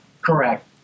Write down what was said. Correct